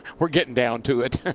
we're getting down to it.